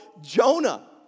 Jonah